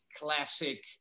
classic